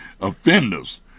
offenders